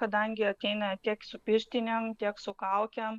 kadangi ateina tiek su pirštinėm tiek su kaukėm